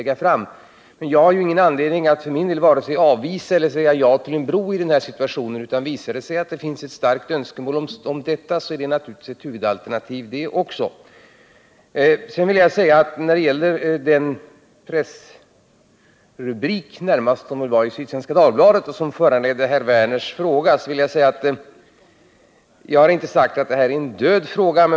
Men för min del har jag ingen anledning att vare sig avvisa eller säga ja till en bro i den här situationen. Visar det sig att det finns ett starkt önskemål om detta, är naturligtvis det också ett huvudalternativ. När det gäller den rubrik i Sydsvenska Dagbladet som föranledde herr Werners fråga har jag inte sagt att brofrågan är en död fråga.